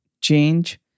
change